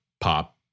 pop